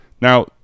Now